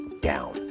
down